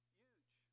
huge